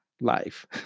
Life